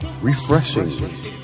refreshing